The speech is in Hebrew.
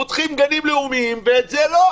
פותחים גנים לאומיים, ואת זה לא.